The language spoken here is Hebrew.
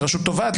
לרשות תובעת,